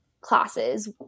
classes